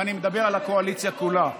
ואני מדבר על הקואליציה כולה.